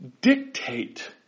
dictate